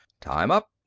time up!